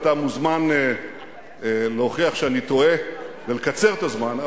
אתה מוזמן להוכיח שאני טועה ולקצר את הזמן,